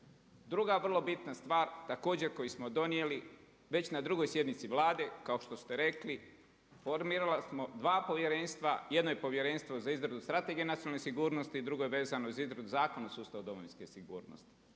Druga vrlo bitna stvar također koju smo donijeli već na drugoj sjednici Vlade kao što ste rekli, formirali smo dva povjerenstva. Jedno je povjerenstvo za izradu Strategije nacionalne sigurnosti, drugo je vezano za izradu Zakona o sustavu domovinske sigurnosti.